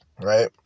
Right